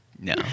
No